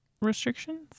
restrictions